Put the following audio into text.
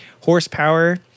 horsepower